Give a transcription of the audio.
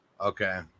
Okay